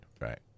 Right